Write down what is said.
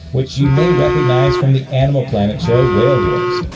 which you may recognize from the animal planet show whale wars.